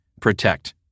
protect